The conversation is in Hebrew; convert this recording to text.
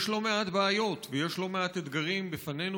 יש לא מעט בעיות ויש לא מעט אתגרים בפנינו